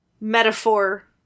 metaphor